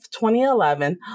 2011